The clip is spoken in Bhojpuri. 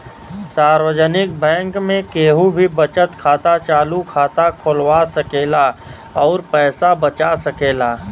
सार्वजनिक बैंक में केहू भी बचत खाता, चालु खाता खोलवा सकेला अउर पैसा बचा सकेला